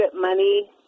money